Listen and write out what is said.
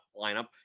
lineup